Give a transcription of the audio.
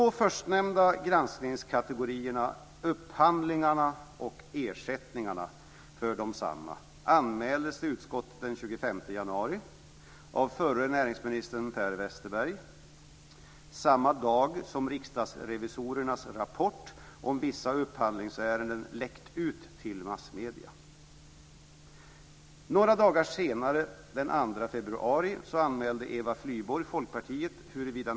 upphandlingarna och ersättningen för desamma, anmäldes till utskottet den 25 januari av förre näringsministern Per Westerberg - samma dag som riksdagsrevisorernas rapport om vissa upphandlingsärenden läckt ut till massmedierna. Några dagar senare - den 2 februari - anmälde Eva Flyborg från Folkpartiet näringsministern.